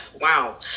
wow